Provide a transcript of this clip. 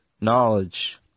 knowledge